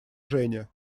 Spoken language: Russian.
женя